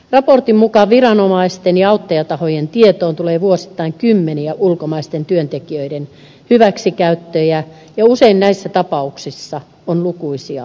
raportin mukaan viranomaisten ja auttajatahojen tietoon tulee vuosittain kymmeniä ulkomaisten työntekijöiden hyväksikäyttöjä ja usein näissä tapauksissa on lukuisia uhreja